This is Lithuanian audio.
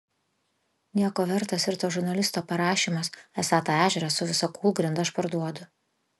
nieko vertas ir to žurnalisto parašymas esą tą ežerą su visa kūlgrinda aš parduodu